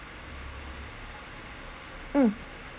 mm